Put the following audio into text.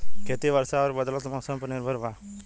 खेती वर्षा और बदलत मौसम पर निर्भर बा